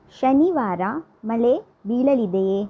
ಶನಿವಾರ ಮಳೆ ಬೀಳಲಿದೆಯೇ